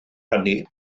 hynny